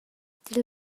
dil